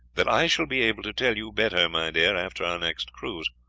that i shall be able to tell you better, my dear, after our next cruise.